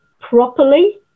properly